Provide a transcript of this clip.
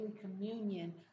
communion